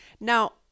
Now